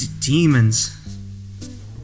demons